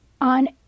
on